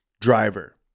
Driver